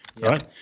right